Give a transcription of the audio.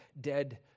dead